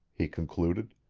he concluded.